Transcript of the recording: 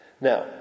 now